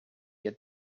had